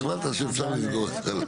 השתכנעת שאפשר לסגור.